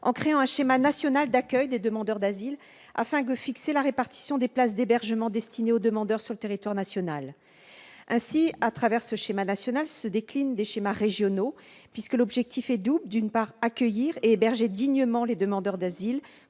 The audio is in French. en créant un schéma national d'accueil des demandeurs d'asile, afin de fixer la répartition des places d'hébergement destinées aux demandeurs sur le territoire national. À travers ce schéma national se déclinent des schémas régionaux. En effet, l'objectif est double : d'une part, accueillir et héberger dignement les demandeurs d'asile,